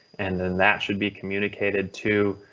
and then that should be communicated to